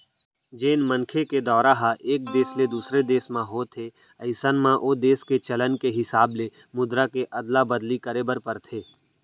जेन मनखे के दौरा ह एक देस ले दूसर देस म होथे अइसन म ओ देस के चलन के हिसाब ले मुद्रा के अदला बदली करे बर परथे